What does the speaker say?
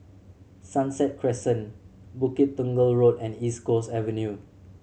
Sunset Crescent Bukit Tunggal Road and East Coast Avenue